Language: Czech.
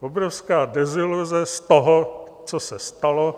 Obrovská deziluze z toho, co se stalo.